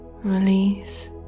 Release